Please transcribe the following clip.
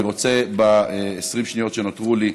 אני רוצה, ב-20 שניות שנותרו לי,